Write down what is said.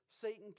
Satan